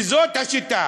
וזאת השיטה.